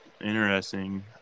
Interesting